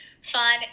fun